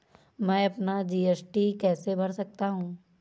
मैं अपना जी.एस.टी कैसे भर सकता हूँ?